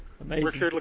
amazing